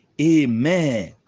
amen